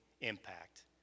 impact